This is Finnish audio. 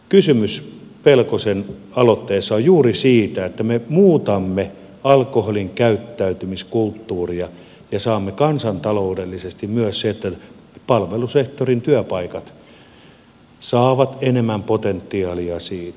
kysymys pelkosen aloitteessa on juuri siitä että me muutamme alkoholin käyttäytymiskulttuuria ja saamme kansantaloudellisesti myös sen että palvelusektorin työpaikat saavat enemmän potentiaalia siitä